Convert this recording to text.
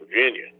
Virginia